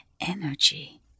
energy